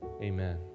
Amen